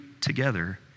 together